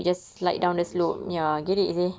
slide down the slope ya